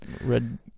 Red